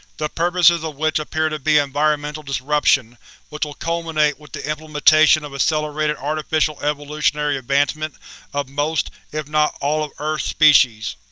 the purposes of ah which appear to be environmental disruption which will culminate with the implementation of accelerated artificial evolutionary advancement of most if not all of earth's species.